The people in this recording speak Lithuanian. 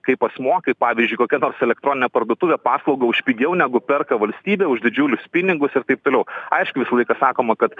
kaip asmuo kaip pavyzdžiui kokia nors elektroninė parduotuvė paslaugą už pigiau negu perka valstybė už didžiulius pinigus ir taip toliau aišku visą laiką sakoma kad